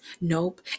Nope